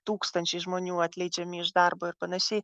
tūkstančiai žmonių atleidžiami iš darbo ir panašiai